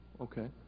Okay